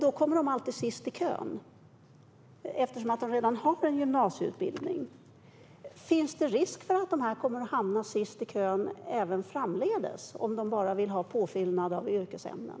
Då kommer de alltid sist i kön, eftersom de redan har en gymnasieutbildning. Finns det risk för att de kommer att hamna sist i kön även framdeles om de bara vill ha påfyllnad av yrkesämnen?